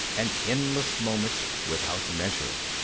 an endless moment, without measure.